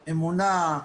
אמונה,